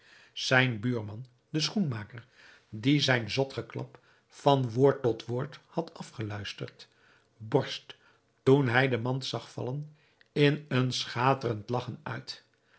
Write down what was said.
zijn buurman de schoenmaker die zijn zot geklap van woord tot woord had afgeluisterd borst toen hij de mand zag vallen in een schaterend lagchen uit